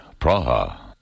Praha